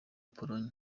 pologne